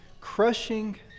crushing